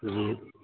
جی